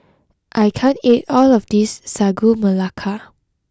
I can't eat all of this Sagu Melaka